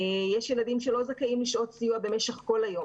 יש ילדים שלא זכאים לשעות סיוע במשך כל היום,